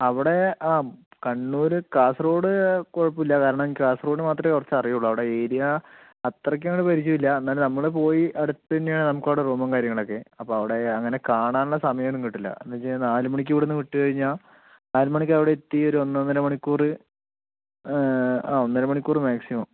അവിടെ കണ്ണൂർ കാസർഗോഡ് കുഴപ്പമില്ല കാരണം കാസർഗോഡ് മാത്രമേ കുറച്ച് അറിയുളളു അവിടെ ഏരിയ അത്രയ്ക്കങ്ങ് പരിചയം ഇല്ല എന്നാലും നമ്മൾ പോയി അടുത്ത് തന്നെയാണ് നമുക്കവിടെ റൂമും കാര്യങ്ങളും ഒക്കെ അപ്പോൾ അവിടെ അങ്ങനെ കാണാനുള്ള സമയം ഒന്നും കിട്ടില്ല എന്നു വച്ചു കഴിഞ്ഞാൽ നാലു മണിക്ക് ഇവിടെ നിന്ന് വിട്ടു കഴിഞ്ഞാൽ നാല് മണിക്കവിടെ എത്തി ഒരൊന്നൊന്നര മണിക്കൂർ ആ ഒന്നര മണിക്കൂർ മാക്സിമം